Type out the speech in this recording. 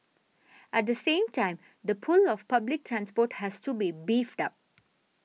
at the same time the pull of public transport has to be beefed up